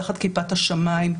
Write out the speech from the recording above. תחת כיפת השמיים,